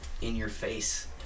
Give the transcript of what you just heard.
in-your-face